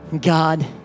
God